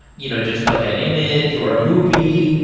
you know just like an image, or a movie.